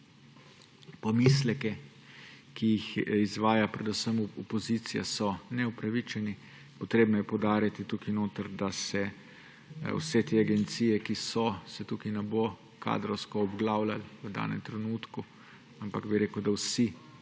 pomisleki, ki jih izvaja predvsem opozicija, so neupravičeni. Potrebno je poudariti tukaj notri, da se vseh teh agencij, ki so, tukaj ne bo kadrovsko obglavljalo v danem trenutku, ampak bi rekel, da vsi,